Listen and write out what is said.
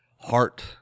heart